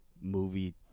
movie